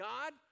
God